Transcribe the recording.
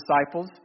disciples